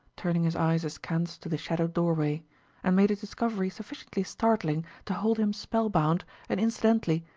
turning his eyes askance to the shadowed doorway and made a discovery sufficiently startling to hold him spellbound and, incidentally,